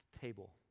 table